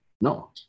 No